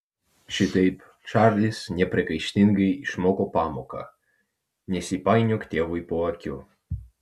šitaip čarlis nepriekaištingai išmoko pamoką nesipainiok tėvui po akių